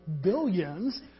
billions